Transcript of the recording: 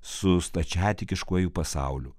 su stačiatikiškuoju pasauliu